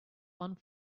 one